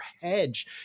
hedge